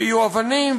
ויהיו אבנים,